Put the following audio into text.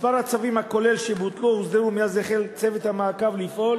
מספר הצווים הכולל שבוטלו והוסדרו מאז החל צוות המעקב לפעול